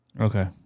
Okay